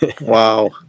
Wow